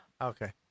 Okay